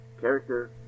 character